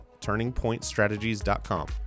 turningpointstrategies.com